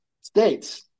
states